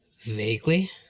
Vaguely